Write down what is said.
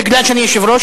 משום שאני יושב-ראש,